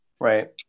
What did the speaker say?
right